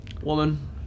woman